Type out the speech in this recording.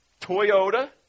Toyota